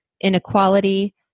inequality